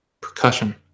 percussion